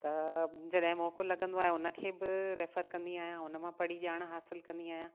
त जॾहिं मौक़ो लॻंदो आहे उन खे बि रैफर कंदी आहियां उन मां पढ़ी ॼाण हासिलु कंदी आहियां